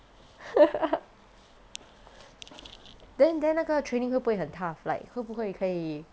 then then 那个 training 会不会很 tough like 会不会可以